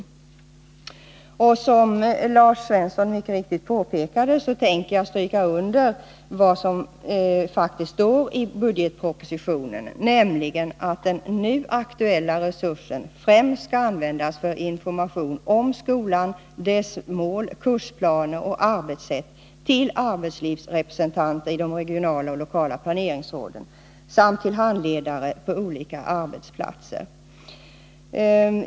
Jag stryker under vad Lars Svensson mycket riktigt påpekade, nämligen att det i i budgetpropositionen faktiskt står att den nu aktuella resursen främst skall användas för information om skolan, dess mål, kursplaner och arbetssätt till arbetslivsrepresentanter i de regionala och lokala planeringsråden samt till handledare på olika arbetsplatser.